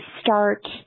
start